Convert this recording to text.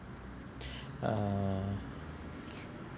uh